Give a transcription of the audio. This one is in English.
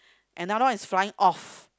another one is flying off